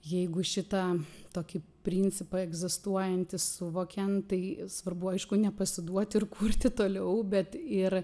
jeigu šitą tokį principą egzistuojantį suvokiant tai svarbu aišku nepasiduoti ir kurti toliau bet ir